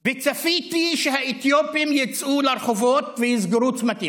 וצפיתי שהאתיופים יצאו לרחובות ויסגרו צמתים,